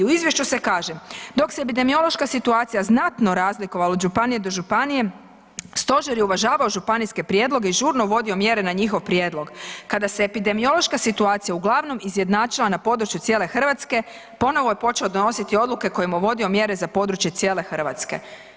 U izvješću se kaže dok se epidemiološka situacija znatno razlikovala od županije do županije stožer je uvažavao županijske prijedloge i žurno uvodio mjere na njihov prijedlog, kada se epidemiološka situacija uglavnom izjednačila na području cijele Hrvatske ponovo je počeo donositi odluke kojim je uvodio mjere za područje cijele Hrvatske.